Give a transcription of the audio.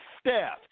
staff